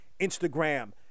Instagram